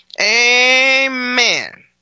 Amen